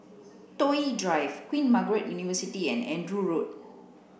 Toh Yi Drive Queen Margaret University and Andrew Road